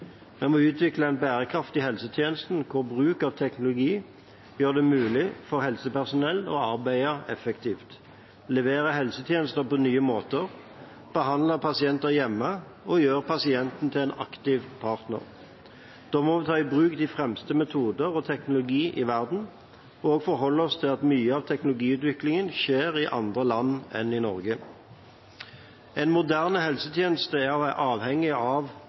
Vi må utvikle en bærekraftig helsetjeneste hvor bruk av teknologi gjør det mulig for helsepersonell å arbeide effektivt, levere helsetjenester på nye måter, behandle pasienter hjemme og gjøre pasienten til en aktiv partner. Da må vi ta i bruk de fremste metoder og teknologi i verden, og også forholde oss til at mye av teknologiutviklingen skjer i andre land enn i Norge. En moderne helsetjeneste er avhengig av